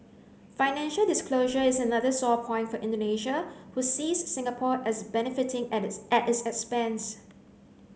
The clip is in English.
financial disclosure is another sore point for Indonesia who sees Singapore as benefiting at this at its expense